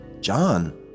John